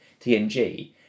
TNG